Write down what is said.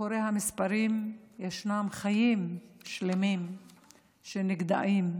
מאחורי המספרים יש חיים שלמים שנגדעים,